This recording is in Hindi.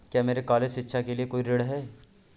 क्या मेरे कॉलेज शिक्षा के लिए कोई ऋण है?